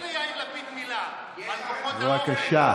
תגיד ליאיר לפיד מילה על כוחות האופל.